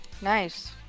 Nice